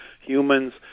humans